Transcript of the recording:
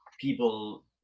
people